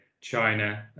china